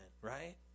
right